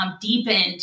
deepened